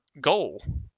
goal